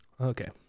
Okay